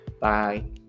bye